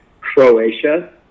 Croatia